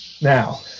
Now